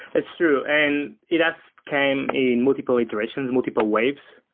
it's true. and it has came in multiple iterations, multiple waves.